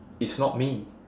it's not me